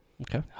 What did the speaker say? Okay